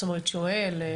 זאת אומרת, שואל.